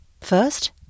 First